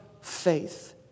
faith